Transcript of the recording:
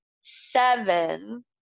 seven